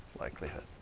likelihood